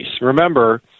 remember